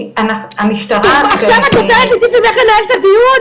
כי המשטרה --- עכשיו את נותנת לי טיפים איך לנהל את הדיון?